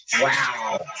Wow